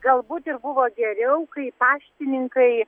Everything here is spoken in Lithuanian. galbūt ir buvo geriau kai paštininkai